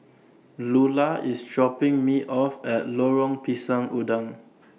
Lular IS dropping Me off At Lorong Pisang Udang